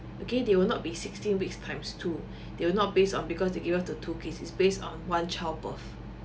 okay they will not be sixteen weeks times two they will not based on because you give birth of two kids is based on one child birth